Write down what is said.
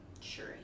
Sure